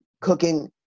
cooking